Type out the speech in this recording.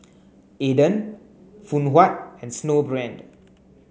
Aden Phoon Huat and Snowbrand